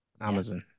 Amazon